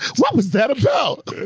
what was that about?